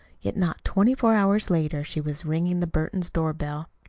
yet not twenty-four hours later she was ringing the burtons' doorbell.